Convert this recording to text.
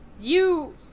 you-